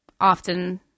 often